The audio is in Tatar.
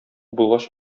булгач